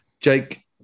Jake